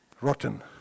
rotten